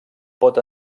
pot